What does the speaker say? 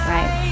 Right